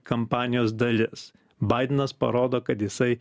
kampanijos dalis baidenas parodo kad jisai